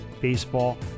baseball